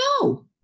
No